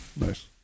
Nice